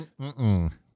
Mm-mm